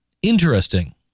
interesting